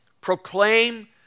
Proclaim